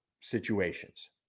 situations